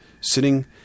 sitting